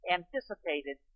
anticipated